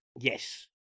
Yes